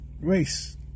race